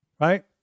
right